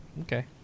Okay